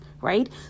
right